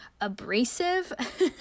abrasive